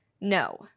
No